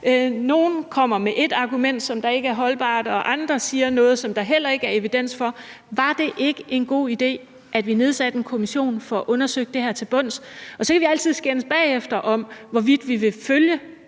Nogen kommer med ét argument, som ikke er holdbart; andre siger noget, som der heller ikke er evidens for. Var det ikke en god idé, at vi nedsatte en kommission og fik undersøgt det her til bunds? Så kan vi altid skændes bagefter om, hvorvidt vi vil følge